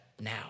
now